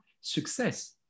success